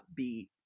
Upbeat